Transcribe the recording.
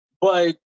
but-